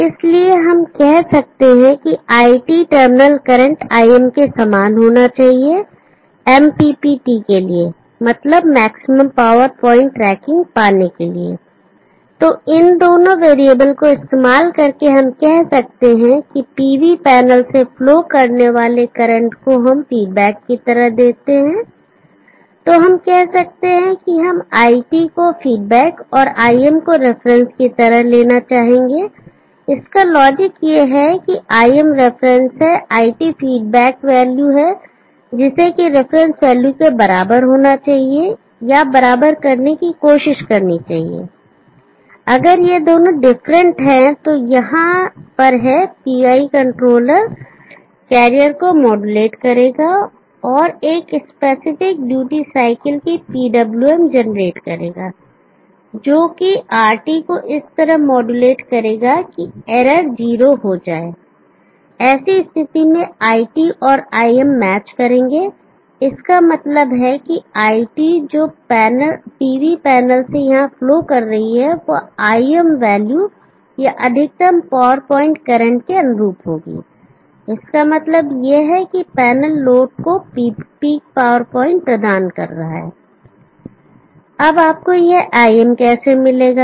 तो इसलिए हम कह सकते हैं iT टर्मिनल करंट Im के समान होना चाहिए MPPT के लिए मतलब मैक्सिमम पावर प्वाइंट ट्रैकिंग पाने के लिए तो इन दोनों वेरिएबल को इस्तेमाल करके हम कह सकते हैं कि PV पैनल से फ्लो करने वाले करंट को हम फीडबैक की तरह देते हैं तो हम कह सकते हैं कि हम iT को फीडबैक और Im को रेफरेंस की तरह लेना चाहेंगे इसका लॉजिक यह है कि Im रिफरेंस है iT फीडबैक वैल्यू है जिसे की रेफरेंस वैल्यू के बराबर होना चाहिए या बराबर करने की कोशिश करनी चाहिए अगर यह दोनों डिफरेंट है तो यहां पर है PI कंट्रोलर कैरियर को मोडूलेट करेगा और एक स्पेसिफिक ड्यूटी साइकिल की PWM जनरेट करेगा जोकि RT को इस तरह माड्यूलेट करेगा कि एरर जीरो हो जाए ऐसी स्थिति में iT और Im मैच करेंगे इसका मतलब है कि iT जो PV पैनल से यहां फ्लो कर रही है वह Im वैल्यू या अधिकतम पावर पॉइंट करंट के अनुरूप होगी इसका मतलब यह है कि पैनल लोड को पीक पावर पॉइंट प्रदान कर रहा है अब आपको यह Im कैसे मिलेगा